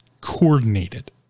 coordinated